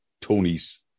Tony's